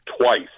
twice